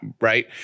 Right